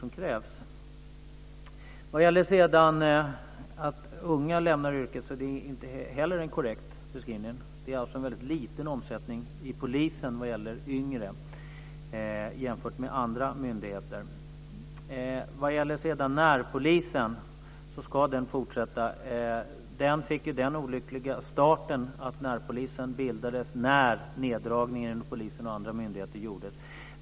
Det är inte heller en korrekt beskrivning att unga lämnar yrket. Det är en väldigt liten omsättning av yngre inom polisen jämfört med andra myndigheter. Närpolisen ska fortsätta. Närpolisen fick den olyckliga starten att den bildades när neddragningarna inom polisen och andra myndigheter gjordes.